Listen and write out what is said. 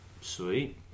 sweet